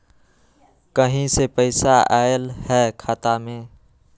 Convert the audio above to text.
कहीं से पैसा आएल हैं खाता में?